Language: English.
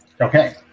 Okay